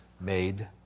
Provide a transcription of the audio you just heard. made